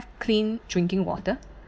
clean drinking water